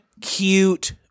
cute